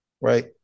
right